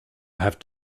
have